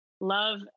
love